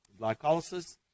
glycolysis